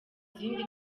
izindi